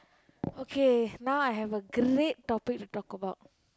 okay now I have a great topic to talk about